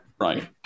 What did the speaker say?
Right